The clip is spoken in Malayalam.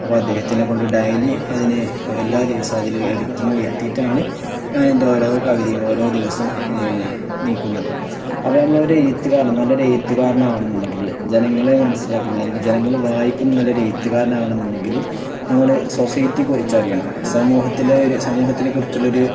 അപ്പ അദ്ദേഹത്തിനെ കൊൊണ്ട് ഡെയിലി അതിന് എല്ലാ ദിവസവും അതില് എഡിറ്റിങ്ങ് വരുത്തിീട്ടാണ് ഞാാനിൻ്റെ ഓരോ കവിതയും ഓരോ ദിവസം നീക്കുന്നത് അപ്പ ഞമ്മളൊര എ്ത്തുകാരണം നല്ലൊരു എുത്ത്ുകാരണം ആവണെന്നുണ്ടെങ്കില് ജനങ്ങളെ മനസ്സിലാക്കുന്ന അല്ലെങ്കി ജനങ്ങൾ വായിക്കുന്ന നല്ലരു എുത്തുകാരണം ആവണെന്നുണ്ടെങ്കില് നമ്മള് സൊസൈറ്റി കുുറിച്ച അറിയാണ് സമൂഹത്തിലെ സമൂഹത്തിെ കുുറിച്ചുള്ളൊരു